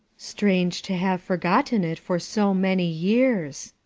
strange to have forgotten it for so many years!